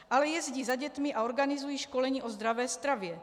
Ale jezdí za dětmi a organizují školení o zdravé stravě.